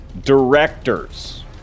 directors